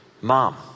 mom